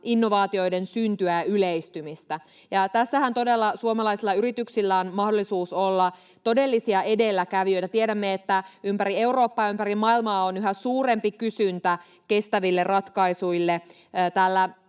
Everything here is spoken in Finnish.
innovaatioiden syntyä ja yleistymistä. Tässähän todella suomalaisilla yrityksillä on mahdollisuus olla todellisia edelläkävijöitä. Tiedämme, että ympäri Eurooppaa, ympäri maailmaa on yhä suurempi kysyntä kestäville ratkaisuille. Tällä